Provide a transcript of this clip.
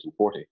1940